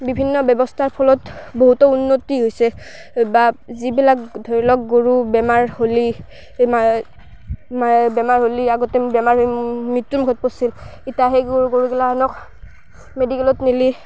বিভিন্ন ব্যৱস্থাৰ ফলত বহুতো উন্নতি হৈছে বা যিবিলাক ধৰি লওক গৰু বেমাৰ হ'লে বেমাৰ মা বেমাৰ হ'লে আগতে বেমাৰ হৈ মৃত্যুমুখত পৰিছিল ইটা সেই গৰু গিলাহানক মেডিকেলত নিলে